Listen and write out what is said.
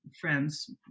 friends